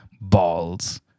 balls